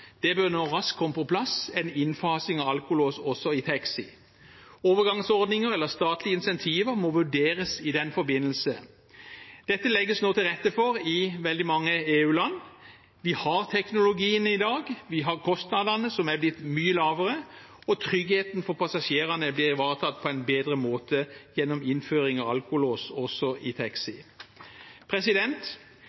Det bør nå raskt komme på plass en innfasing av alkolås også i taxi. Overgangsordninger eller statlige incentiver må vurderes i den forbindelse. Dette legges det nå til rette for i veldig mange EU-land. Vi har teknologien i dag, kostnadene er blitt mye lavere, og tryggheten for passasjerene blir ivaretatt på en bedre måte gjennom innføring av alkolås også i taxi.